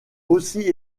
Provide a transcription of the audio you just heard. aussi